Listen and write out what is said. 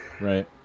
Right